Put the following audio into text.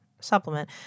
supplement